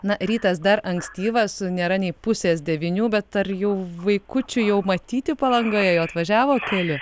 na rytas dar ankstyvas nėra nei pusės devynių bet ar jau vaikučių jau matyti palangoje jau atvažiavo keli